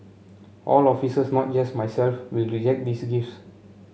all officers not just myself will reject these gifts